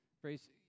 phrase